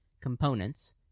components